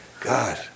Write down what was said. God